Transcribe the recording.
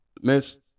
miss